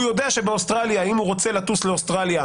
הוא יודע שאם הוא רוצה לטוס לאוסטרליה,